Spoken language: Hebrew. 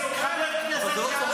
שהוא משווה אותו להיטלר?